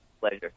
pleasure